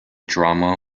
drama